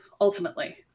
ultimately